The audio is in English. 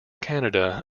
canada